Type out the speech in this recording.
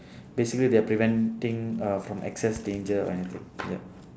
basically they are preventing uh from excess danger or anything yup